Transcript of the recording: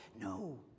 No